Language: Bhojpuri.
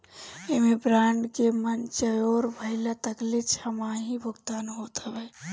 एमे बांड के मेच्योर भइला तकले छमाही भुगतान होत हवे